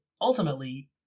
ultimately